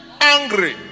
angry